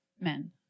men